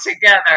together